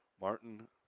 Martin